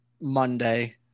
Monday